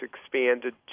expanded